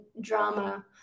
drama